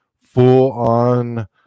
full-on